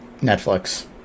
Netflix